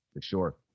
sure